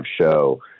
show